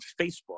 Facebook